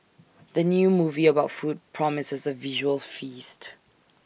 the new movie about food promises A visual feast